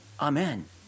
Amen